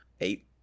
Eight